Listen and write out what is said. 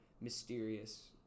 mysterious